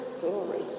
glory